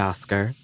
Oscar